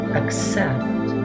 accept